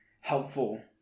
helpful